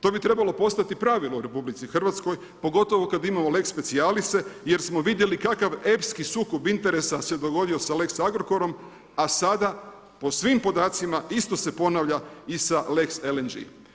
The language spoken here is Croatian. To bi trebalo postati pravilo u RH, pogotovo kad imamo lex specialise jer smo vidjeli kakav epski sukob interesa se dogodio sa lex Agrokorom, a sada po svim podacima isto se ponavlja i sa lex LNG.